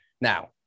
Now